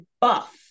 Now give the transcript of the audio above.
buff